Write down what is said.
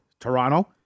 Toronto